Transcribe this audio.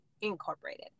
Incorporated